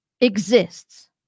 exists